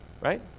right